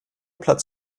platz